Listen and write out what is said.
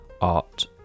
art